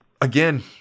again